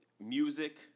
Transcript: music